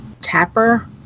Tapper